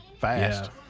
fast